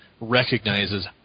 recognizes